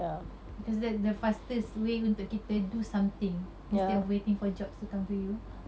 because that's the fastest way untuk kita do something instead of waiting for jobs to come to you